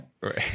Right